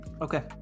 Okay